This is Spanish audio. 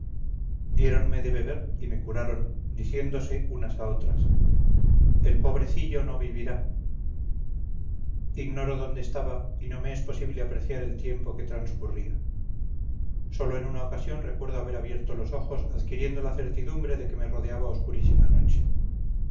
monjas diéronme de beber y me curaron diciéndose unas a otras el pobrecillo no vivirá ignoro dónde estaba y no me es posible apreciar el tiempo que transcurría sólo en una ocasión recuerdo haber abierto los ojos adquiriendo la certidumbre de que me rodeaba oscurísima noche